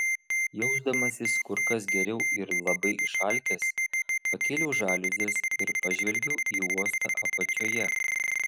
jausdamasis kur kas geriau ir labai išalkęs pakėliau žaliuzes ir pažvelgiau į uostą apačioje